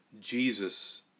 Jesus